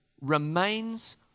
remains